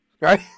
Right